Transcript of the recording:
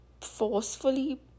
forcefully